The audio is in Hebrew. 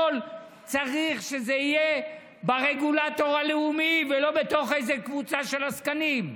צריך שכל זה יהיה ברגולטור הלאומי ולא בתוך איזה קבוצה של עסקנים,